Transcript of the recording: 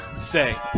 say